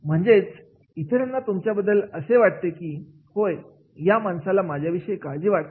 म्हणजेच इतरांना तुमच्याबद्दल असे वाटेल की होय या माणसाला माझ्याविषयी काळजी वाटते